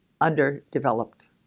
underdeveloped